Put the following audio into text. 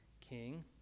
king